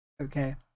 okay